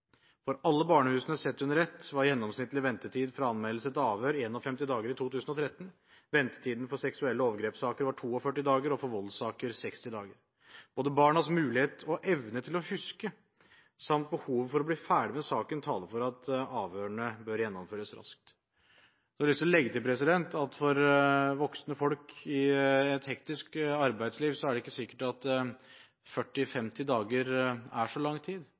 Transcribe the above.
For alle barnehusene sett under ett var gjennomsnittlig ventetid fra anmeldelse til avhør 51 dager i 2013, ventetiden for seksuelle overgrepssaker var 42 dager og for voldssaker 60 dager. Barnas mulighet og evne til å huske samt behovet for å bli ferdig med saken taler for at avhørene bør gjennomføres raskt. Jeg har lyst til å legge til at for voksne folk i et hektisk arbeidsliv er det ikke sikkert at 40–50 dager er så lang tid,